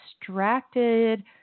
distracted